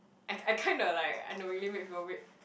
I I kind of like unknowingly make people wait